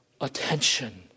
attention